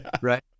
Right